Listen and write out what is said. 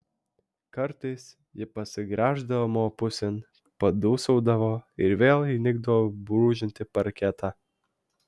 kartais ji pasigręždavo mano pusėn padūsaudavo ir vėl įnikdavo brūžinti parketą